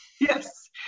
Yes